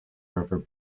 river